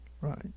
right